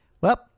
Well-